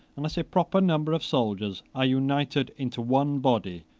unless a proper number of soldiers are united into one body,